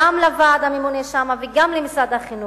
גם לוועד הממונה שם וגם למשרד החינוך.